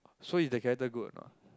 so is the character good or not